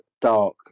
dark